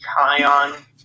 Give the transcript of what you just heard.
Kion